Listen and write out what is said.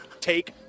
take